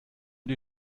die